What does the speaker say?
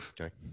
Okay